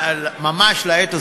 ממש לעת הזאת,